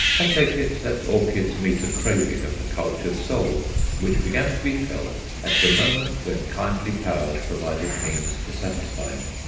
i take it that orchids meet a craving of the cultured soul which began to be felt at the moment when kindly powers provided means to satisfy it.